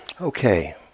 Okay